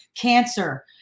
cancer